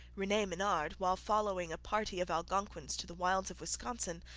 rene menard, while following a party of algonquins to the wilds of wisconsin,